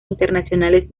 internacionales